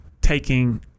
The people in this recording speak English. taking